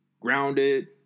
grounded